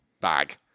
bag